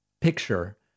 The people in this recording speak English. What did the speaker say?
picture